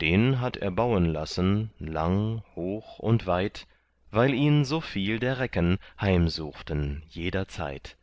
den hat er bauen lassen lang hoch und weit weil ihn so viel der recken heimsuchten jederzeit